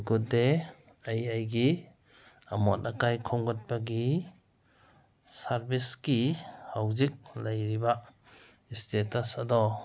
good day ꯑꯩ ꯑꯩꯒꯤ ꯑꯃꯣꯠ ꯑꯀꯥꯏ ꯈꯣꯝꯒꯠꯄꯒꯤ ꯁꯥꯔꯕꯤꯁꯀꯤ ꯍꯧꯖꯤꯛ ꯂꯩꯔꯤꯕ ꯁ꯭ꯇꯦꯇꯁ ꯑꯗꯣ